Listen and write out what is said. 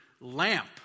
lamp